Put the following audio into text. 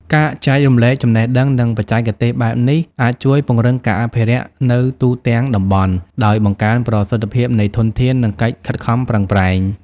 ការចែករំលែកចំណេះដឹង និងបច្ចេកទេសបែបនេះអាចជួយ ពង្រឹងការអភិរក្ស នៅទូទាំងតំបន់ ដោយបង្កើនប្រសិទ្ធភាពនៃធនធាន និងកិច្ចខិតខំប្រឹងប្រែង។